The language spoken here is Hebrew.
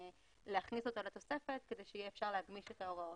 נכון להכניס אותו לתוספת כדי שיהיה אפשר להגמיש את ההוראות.